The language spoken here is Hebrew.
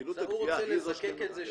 הוא רוצה לזקק את זה,